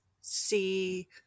see